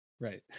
Right